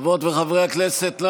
חברות וחברי הכנסת,